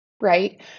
Right